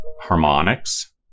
harmonics